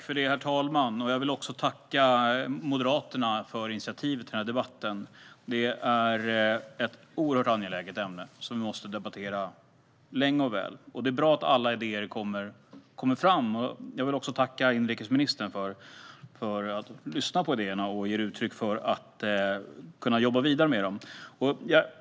Herr talman! Jag vill tacka Moderaterna för initiativet till denna debatt. Det är ett oerhört angeläget ämne, som vi måste debattera länge och väl. Det är bra att alla idéer kommer fram. Jag vill också tacka inrikesministern för att han lyssnar på idéerna och ger uttryck för att man kan jobba vidare med dem.